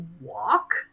walk